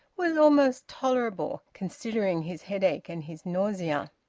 was almost tolerable, considering his headache and his nausea.